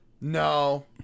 No